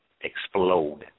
explode